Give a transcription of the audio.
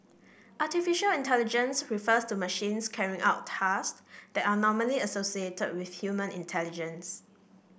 artificial intelligence refers to machines carrying out tasks that are normally associated with human intelligence